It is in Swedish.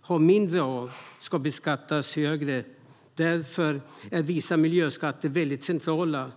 ha mindre av ska beskattas högre. Därför är vissa miljöskatter väldigt centrala.